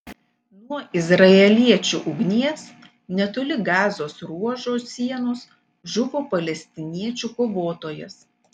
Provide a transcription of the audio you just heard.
nuo izraeliečių ugnies netoli gazos ruožo sienos žuvo palestiniečių kovotojas